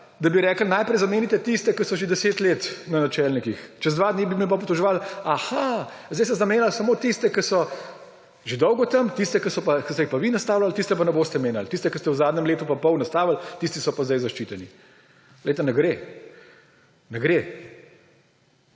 da bi rekli – najprej zamenjajte tiste, ki so že 10 let načelnikih. Čez 2 dni bi me pa obtoževali – Aha, zdaj ste zamenjali samo tiste, ki so že dolgo tam, tistih, ki ste jih pa vi nastavljali, tistih pa ne boste menjali, tiste, ki ste v zadnjem letu in pol nastavili, tisti so pa zdaj zaščiteni. Ne gre, ne gre.